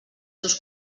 seus